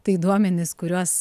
tai duomenys kuriuos